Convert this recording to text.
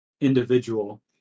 individual